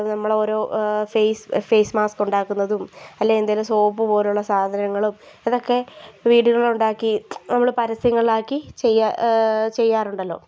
അത് നമ്മളോരോ ഫേസ് മാസ്ക്കുണ്ടാക്കുന്നതും അല്ലെ എന്തെങ്കിലും സോപ്പു പോലെയുള്ള സാധനങ്ങളും ഇതൊക്കെ വീടുകളിലുണ്ടാക്കി നമ്മൾ പരസ്യങ്ങളിലാക്കി ചെയ്യുക ചെയ്യാറുണ്ടല്ലോ